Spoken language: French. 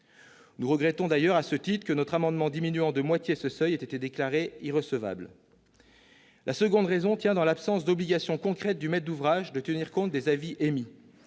Nous regrettons d'ailleurs, à ce titre, que notre amendement visant à diminuer de moitié ce seuil ait été déclaré irrecevable. La seconde raison tient dans l'absence d'obligation concrète du maître d'ouvrage de tenir compte des avis émis.